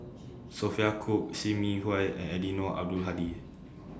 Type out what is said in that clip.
Sophia Cooke SIM Yi Hui and Eddino Abdul Hadi